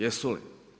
Jesu li?